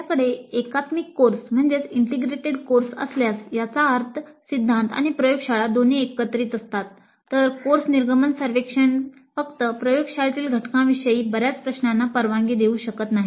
आपल्याकडे एकात्मिक कोर्स असल्यास याचा अर्थ सिद्धांत आणि प्रयोगशाळा दोन्ही एकत्रित असतात तर कोर्स निर्गमन सर्वेक्षण फक्त प्रयोगशाळेतील घटकांविषयी बर्याच प्रश्नांना परवानगी देऊ शकत नाही